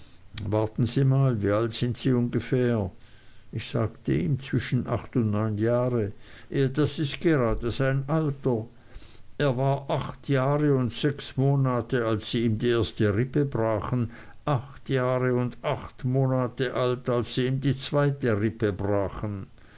warten sie mal wie alt sind sie ungefähr ich sagte ihm zwischen acht und neun jahre das ist grade sein alter er war acht jahre und sechs monate als sie ihm die erste rippe brachen acht jahre und acht monate alt als sie ihm die zweite zerbrachen